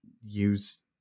use